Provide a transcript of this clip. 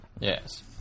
yes